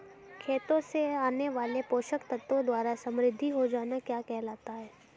खेतों से आने वाले पोषक तत्वों द्वारा समृद्धि हो जाना क्या कहलाता है?